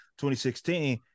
2016